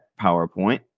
PowerPoint